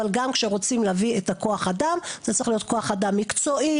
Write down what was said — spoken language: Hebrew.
אבל גם עכשיו רוצים להביא את הכוח אדם אתה צריך להיות כוח אדם מקצועי,